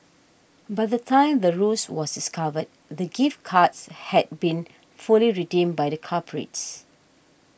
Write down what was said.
by the time the ruse was discovered the gift cards had been fully redeemed by the culprits